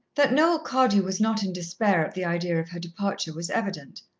that noel cardew was not in despair at the idea of her departure was evident.